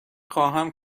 خواهم